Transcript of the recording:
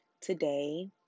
today